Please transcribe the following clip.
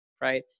right